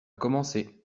commencer